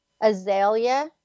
Azalea